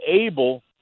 able